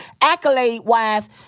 accolade-wise